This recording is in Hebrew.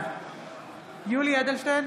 בעד יולי יואל אדלשטיין,